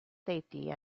safety